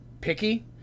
picky